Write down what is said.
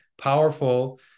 powerful